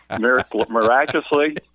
miraculously